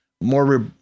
more